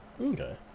okay